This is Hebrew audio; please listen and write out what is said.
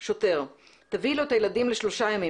שוטר: "תביאי לו את הילדים לשלושה ימים.